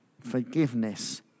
forgiveness